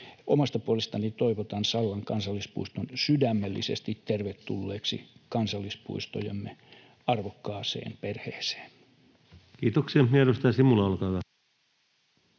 Omasta puolestani toivotan Sallan kansallispuiston sydämellisesti tervetulleeksi kansallispuistojemme arvokkaaseen perheeseen. Kiitoksia.